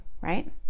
right